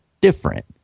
different